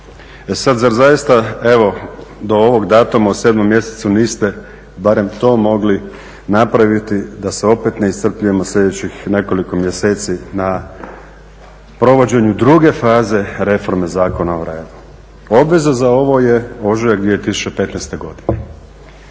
sad, zar zaista, evo do ovog datuma u 7 mjesecu niste barem to mogli napraviti da se opet ne iscrpljujemo sljedećih nekoliko mjeseci na provođenju druge faze reforme Zakon o radu. Obveza za ovo je ožujak 2015. godine.